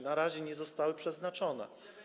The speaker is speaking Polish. Na razie nie zostały przeznaczone.